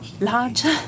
larger